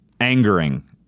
angering